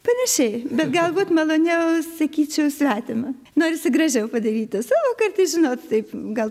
panašiai bet galbūt maloniau sakyčiau svetimą norisi gražiau padaryti savo kartais žinot taip gal